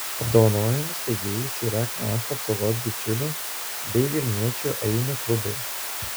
apdovanojimų steigėjais yra krašto apsaugos bičiulių bei vilniečių ainių klubai